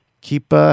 keep